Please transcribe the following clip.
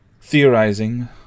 theorizing